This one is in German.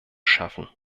schaffen